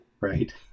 Right